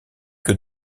que